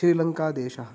श्रीलङ्कादेशः